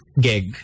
gig